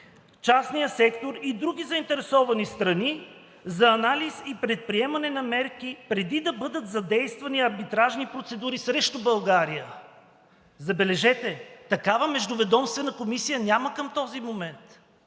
частния сектор и други заинтересовани страни за анализ и предприемане на мерки, преди да бъдат задействани арбитражни процедури срещу България. Забележете, такава междуведомствена комисия няма към този момент.